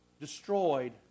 destroyed